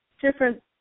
different